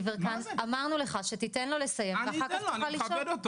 אמרנו לך - תן לו לסיים ואז תוכל לשאול.